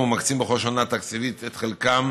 ומקצים בכל שנה תקציבית את חלקם.